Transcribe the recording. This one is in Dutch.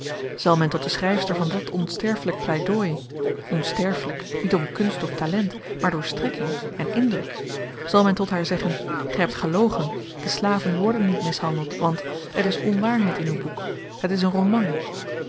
zal men tot de schryfster van dat onsterfelyk pleidooi onsterfelyk niet om kunst of talent maar door strekking en indruk zal men tot haar zeggen ge hebt gelogen de slaven worden niet mishandeld want er is onwaarheid in uw boek het is een roman